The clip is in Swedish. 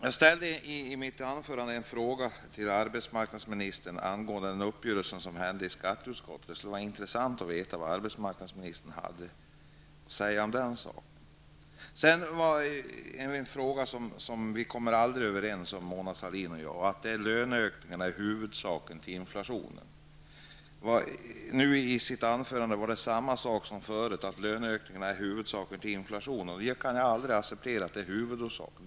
Jag ställde i mitt tidigare anförande en fråga till arbetsmarknadsministern angående den uppgörelse som träffades i skatteutskottet. Det skulle vara intressant att få veta vad arbetsmarknadsministern har att säga om den saken. Mona Sahlin och jag kommer aldrig att komma överens om att det är löneökningarna som är huvudorsaken till inflationen. I sitt anförande sade hon samma sak som förut: Löneökningarna är huvudorsaken till inflationen. Jag kan aldrig acceptera att de är huvudorsaken.